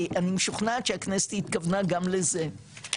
כי אני משוכנעת שהכנסת התכוונה גם לזה.